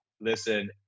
listen